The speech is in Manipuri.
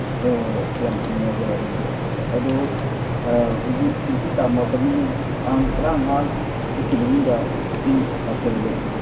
ꯑꯣ ꯑꯁ ꯌꯥꯝ ꯅꯨꯡꯉꯥꯏꯖꯔꯦ ꯑꯗꯨꯗꯤ ꯑꯗꯣ ꯍꯧꯖꯤꯛ ꯉꯁꯤ ꯇꯥꯡ ꯃꯥꯄꯜꯅꯤ ꯇꯥꯡ ꯇꯔꯥꯃꯉꯥꯐꯥꯎꯕꯀꯤ ꯃꯅꯨꯡꯗ ꯑꯩ ꯂꯥꯛꯆꯔꯒꯦ